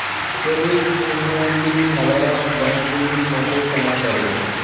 credit ইউনিয়নগুলি সাধারণ ব্যাঙ্কগুলির মতোই কাজ করে